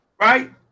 right